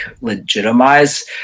legitimize